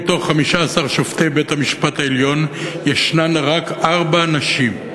מתוך 15 שופטי בית-המשפט העליון יש רק ארבע נשים.